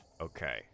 Okay